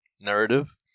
narrative